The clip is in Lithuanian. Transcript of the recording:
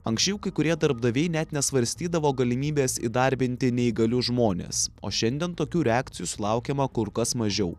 anksčiau kai kurie darbdaviai net nesvarstydavo galimybės įdarbinti neįgalius žmones o šiandien tokių reakcijų sulaukiama kur kas mažiau